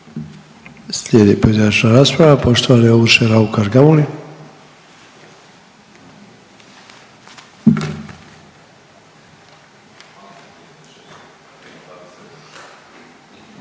Slijedi pojedinačna rasprava, poštovani Raukar-Gamulin.